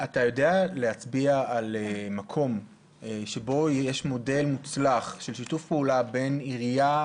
אתה יודע להצביע על מקום שבו יש מודל מוצלח של שיתוף פעולה בין עירייה,